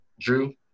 Drew